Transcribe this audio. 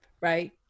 right